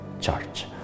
Church